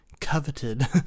coveted